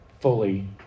fully